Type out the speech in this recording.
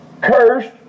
cursed